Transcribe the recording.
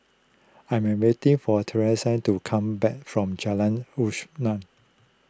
I am waiting for to come back from Jalan